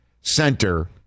center